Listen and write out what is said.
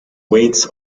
weights